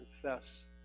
confess